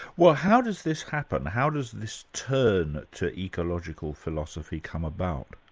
well how does this happen? how does this turn to ecological philosophy come about?